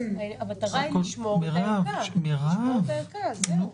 המטרה היא לשמור את הערכה, זהו.